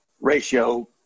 ratio